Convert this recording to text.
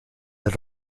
del